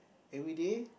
everyday